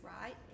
right